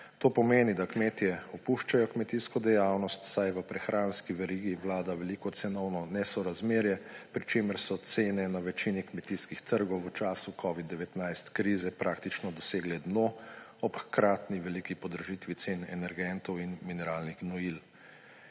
To pomeni, da kmetje opuščajo kmetijsko dejavnost, saj v prehranski verigi vlada veliko cenovno nesorazmerje, pri čemer so cene na večini kmetijskih trgov v času krize covida-19 praktično dosegle dno ob hkrati veliki podražitvi cen energentov in mineralnih gnojil.